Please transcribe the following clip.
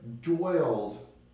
dwelled